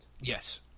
Yes